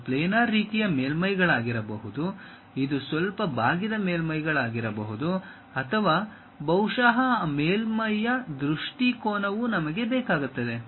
ಇದು ಪ್ಲ್ಯಾನರ್ ರೀತಿಯ ಮೇಲ್ಮೈಗಳಾಗಿರಬಹುದು ಇದು ಸ್ವಲ್ಪ ಬಾಗಿದ ಮೇಲ್ಮೈಗಳಾಗಿರಬಹುದು ಅಥವಾ ಬಹುಶಃ ಆ ಮೇಲ್ಮೈಯ ದೃಷ್ಟಿಕೋನವೂ ನಮಗೆ ಬೇಕಾಗುತ್ತದೆ